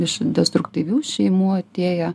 iš destruktyvių šeimų atėję